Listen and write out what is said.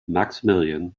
maximilian